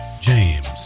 James